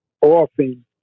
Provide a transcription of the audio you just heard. often